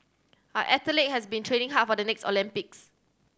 our athletes have been training hard for the next Olympics